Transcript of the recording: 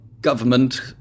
government